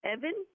Evan